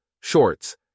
Shorts